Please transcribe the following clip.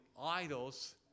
idols